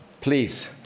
Please